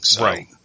right